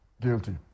guilty